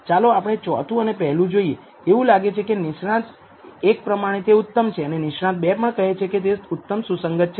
ચાલો આપણે ચોથું અને પહેલું જોઈએ એવું લાગે છે કે નિષ્ણાંત એક પ્રમાણે તે ઉત્તમ છે અને નિષ્ણાત 2 પણ કહે છે કે તે ઉત્તમ સુસંગત છે